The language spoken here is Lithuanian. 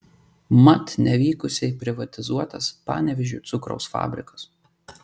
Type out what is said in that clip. mat nevykusiai privatizuotas panevėžio cukraus fabrikas